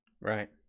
Right